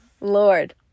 Lord